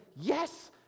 yes